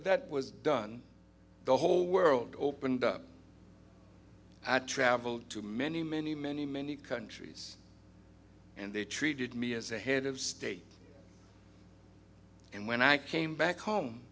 that was done the whole world opened up i traveled to many many many many countries and they treated me as the head of state and when i came back home